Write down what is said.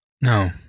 No